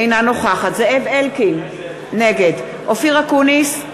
אינה נוכחת זאב אלקין, נגד אופיר אקוניס,